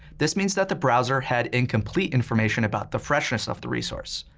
this means that the browser had incomplete information about the freshness of the resource,